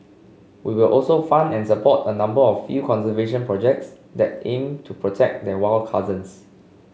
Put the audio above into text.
we will also fund and support a number of field conservation projects that aim to protect their wild cousins